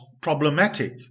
problematic